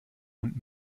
und